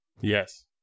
Yes